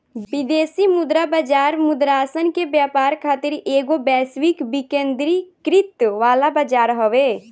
विदेशी मुद्रा बाजार मुद्रासन के व्यापार खातिर एगो वैश्विक विकेंद्रीकृत वाला बजार हवे